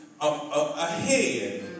ahead